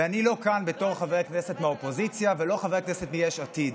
ואני לא כאן בתור חבר כנסת מהאופוזיציה ולא חבר כנסת מיש עתיד,